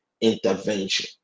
intervention